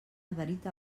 adherit